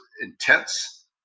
intense